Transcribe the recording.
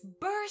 burst